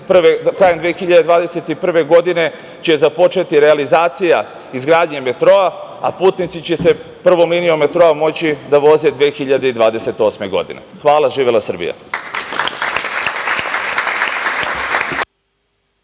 Krajem 2021. godine će započeti realizacija izgradnje metroa, a putnici će se prvom linijom metroa moći da voze 2028. godine. Hvala. Živela Srbija.